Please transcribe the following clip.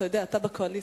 אתה יודע, אתה בקואליציה.